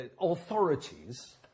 authorities